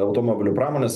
automobilių pramonės